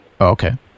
Okay